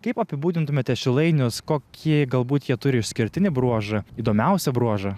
kaip apibūdintumėte šilainius kokį galbūt jie turi išskirtinį bruožą įdomiausią bruožą